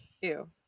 Ew